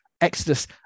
Exodus